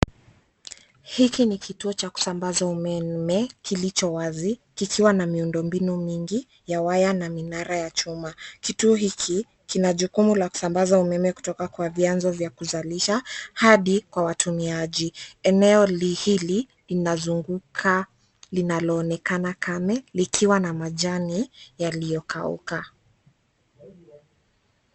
Hiki ni kituo cha kusambaza umeme kilicho wazi kikiwa na miundombinu mingi ya waya na minara ya chuma. Kituo hiki kina jukumu la kusambaza umeme kutoka kwa vianzo vya kuzalisha hadi kwa watumiaji. Eneo hili linazunguka, linaloonekana kame likiwa na majani yaliyokauka.